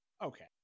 okay